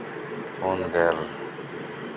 ᱯᱳᱱ ᱜᱮᱞ